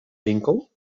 winkel